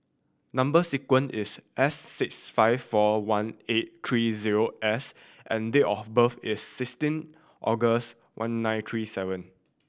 number sequence is S six five four one eight three zero S and date of birth is sixteen August one nine three seven